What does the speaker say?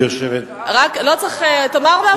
תאמר מהמקום.